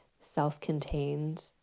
self-contained